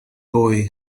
boy